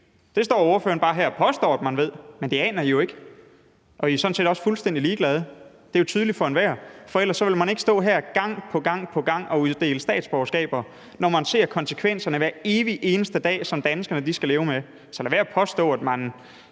Det står ordføreren bare her og påstår at man ved, men det aner I jo ikke. I er sådan set også fuldstændig ligeglade. Det er jo tydeligt for enhver, for ellers ville man ikke stå her gang på gang og uddele statsborgerskaber, når man hver evig eneste dag ser konsekvenserne, som danskerne skal leve med. Så lad være med at påstå, at man